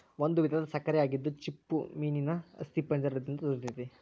ಒಂದು ವಿಧದ ಸಕ್ಕರೆ ಆಗಿದ್ದು ಚಿಪ್ಪುಮೇನೇನ ಅಸ್ಥಿಪಂಜರ ದಿಂದ ದೊರಿತೆತಿ